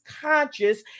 conscious